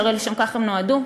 שהרי לשם כך הם נועדו,